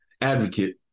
advocate